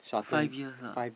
five years lah